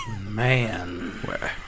Man